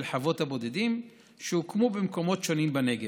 חוות הבודדים שהוקמו במקומות שונים בנגב.